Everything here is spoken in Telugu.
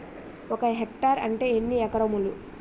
ఒక హెక్టార్ అంటే ఎన్ని ఏకరములు?